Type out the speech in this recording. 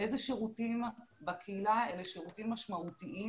איזה שירותים בקהילה אלה שירותים משמעותיים